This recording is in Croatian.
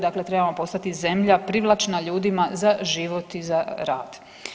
Dakle, trebamo postati zemlje privlačna ljudima za život i za rad.